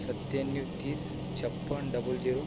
सत्याण्णव तीस छप्पन्न डबल जिरो